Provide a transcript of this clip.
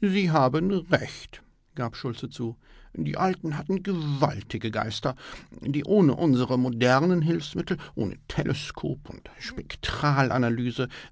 sie haben recht gab schultze zu die alten hatten gewaltige geister die ohne unsre modernen hilfsmittel ohne teleskop und spektralanalyse